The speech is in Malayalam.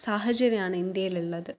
സാഹചര്യമാണ് ഇന്ത്യയിലുള്ളത്